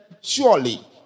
Surely